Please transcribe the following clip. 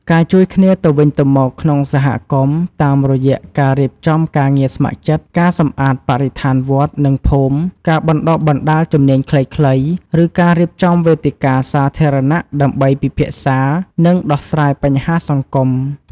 ការជួយគ្នាទៅវិញទៅមក ក្នុងសហគមន៍ តាមរយៈការរៀបចំការងារស្ម័គ្រចិត្ត ការសម្អាតបរិស្ថានវត្ត និងភូមិ ការបណ្ដុះបណ្ដាលជំនាញខ្លីៗ ឬការរៀបចំវេទិកាសាធារណៈដើម្បីពិភាក្សា និងដោះស្រាយបញ្ហាសង្គម។